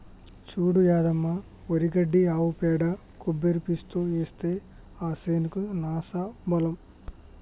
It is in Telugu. చూడు యాదమ్మ వరి గడ్డి ఆవు పేడ కొబ్బరి పీసుతో ఏస్తే ఆ సేనుకి సానా బలం